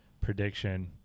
prediction